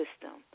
system